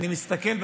אני מסתכל,